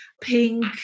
pink